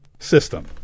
system